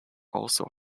also